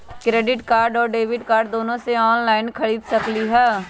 Credit card और debit card दोनों से ऑनलाइन खरीद सकली ह?